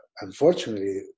Unfortunately